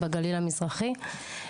בגליל המזרחי.